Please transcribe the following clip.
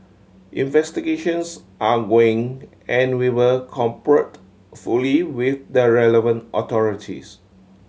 investigations are going and we will cooperate fully with the relevant authorities